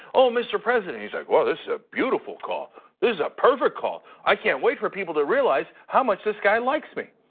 ah mr. president. he's like well, this is a beautiful call, this is a perfect call. i can't wait for people to realize how much this guy likes me.